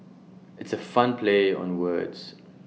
it's A fun play on words